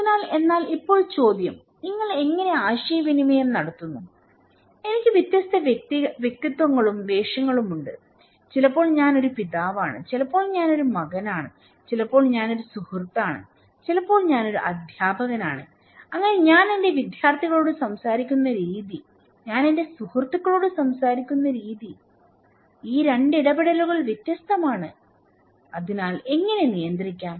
അതിനാൽ എന്നാൽ ഇപ്പോൾ ചോദ്യം നിങ്ങൾ എങ്ങനെ ആശയവിനിമയം നടത്തുന്നു എനിക്ക് വ്യത്യസ്ത വ്യക്തിത്വങ്ങളും വേഷങ്ങളും ഉണ്ട് ചിലപ്പോൾ ഞാൻ ഒരു പിതാവാണ് ചിലപ്പോൾ ഞാൻ ഒരു മകനാണ് ചിലപ്പോൾ ഞാൻ ഒരു സുഹൃത്താണ് ചിലപ്പോൾ ഞാൻ ഒരു അധ്യാപകനാണ് അങ്ങനെ ഞാൻ എന്റെ വിദ്യാർത്ഥികളോട് സംസാരിക്കുന്ന രീതി ഞാൻ എന്റെ സുഹൃത്തുക്കളോട് സംസാരിക്കുന്ന രീതി ഈ 2 ഇടപെടലുകൾ വ്യത്യസ്തമാണ് അതിനാൽ എങ്ങനെ നിയന്ത്രിക്കാം